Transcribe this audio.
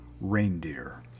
Reindeer